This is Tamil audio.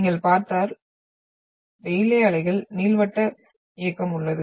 நீங்கள் பார்த்தால் ரெயிலே அலைகள் நீள்வட்ட இயக்கம் உள்ளது